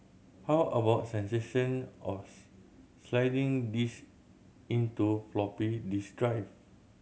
how about sensation of sliding these into floppy disk drive